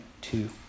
two